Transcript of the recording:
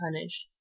punished